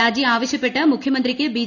രാജി ആവശ്യപ്പെട്ട് മുഖ്യമന്ത്രിക്ക് ബി